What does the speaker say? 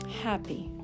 happy